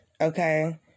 okay